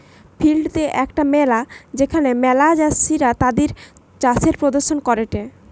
field day একটা মেলা যেখানে ম্যালা চাষীরা তাদির চাষের প্রদর্শন করেটে